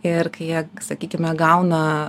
ir kai jie sakykime gauna